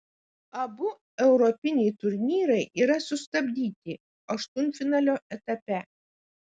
abu europiniai turnyrai yra sustabdyti aštuntfinalio etape